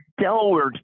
Delaware